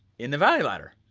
in the value ladder,